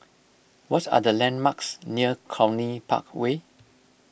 what are the landmarks near Cluny Park Way